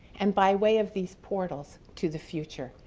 and by way of these portals to the future.